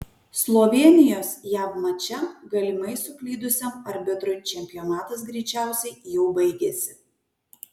slovėnijos jav mače galimai suklydusiam arbitrui čempionatas greičiausiai jau baigėsi